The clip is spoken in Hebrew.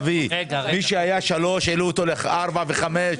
מי שהיה שלוש העלו לארבע וחמש.